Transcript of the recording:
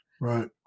Right